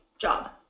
job